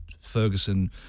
Ferguson